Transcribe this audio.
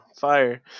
fire